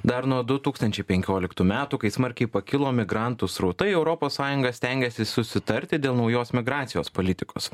dar nuo du tūkstančiai penkioliktų metų kai smarkiai pakilo migrantų srautai europos sąjunga stengiasi susitarti dėl naujos migracijos politikos